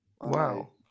Wow